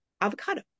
avocado